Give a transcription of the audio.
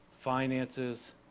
finances